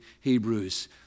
Hebrews